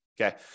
Okay